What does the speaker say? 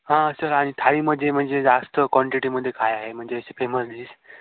हां सर आणि थाळीमध्ये म्हणजे जास्त क्वांटिटीमध्ये काय आहे म्हणजे असे फेमस डीश